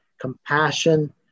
compassion